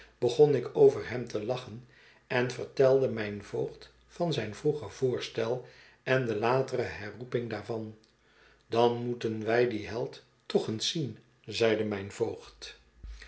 begon ik over hem te lachen en vertelde mijn voogd van zijn vroeger voorstel en de latere herroeping daarvan dan moeten wij dien held toch eens zien zeide mijn voogd